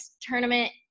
tournament